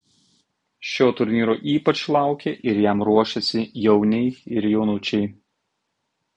šio turnyro ypač laukia ir jam ruošiasi jauniai ir jaunučiai